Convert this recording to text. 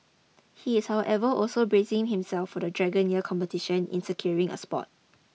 he is however also bracing himself for the Dragon Year competition in securing a spot